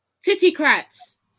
Titty-crats